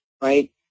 right